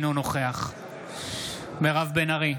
אינו נוכח מירב בן ארי,